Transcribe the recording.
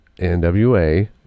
NWA